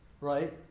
Right